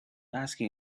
asking